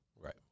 Right